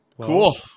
Cool